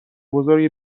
بزرگ